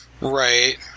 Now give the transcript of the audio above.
Right